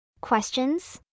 Questions